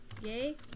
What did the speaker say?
Yay